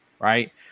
Right